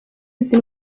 izi